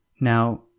Now